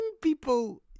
people